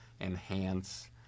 enhance